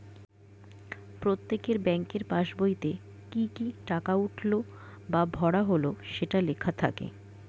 প্রত্যেকের ব্যাংকের পাসবইতে কি কি টাকা উঠলো বা ভরা হলো সেটা লেখা থাকে